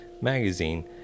Magazine